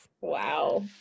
Wow